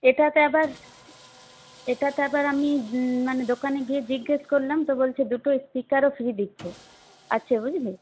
এটাতে আবার এটাতে আবার আমি মানে দোকানে গিয়ে জিজ্ঞেস করলাম তো বলছে দুটো স্পিকারও ফ্রি দিচ্ছে আছে বুঝলি